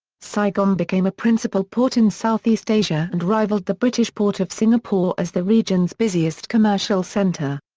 saigon became a principal port in southeast asia and rivaled the british port of singapore as the region's busiest commercial center.